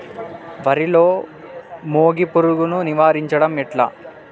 వరిలో మోగి పురుగును నివారించడం ఎట్లా?